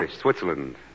Switzerland